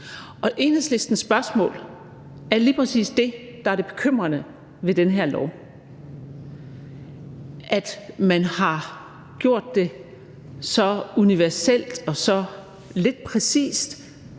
Enhedslistens spørgsmål er lige præcis det, der er det bekymrende ved det her lovforslag: at man har gjort det så universelt og så lidt præcist,